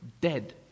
dead